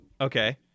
Okay